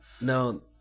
no